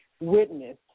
witness